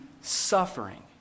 suffering